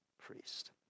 priest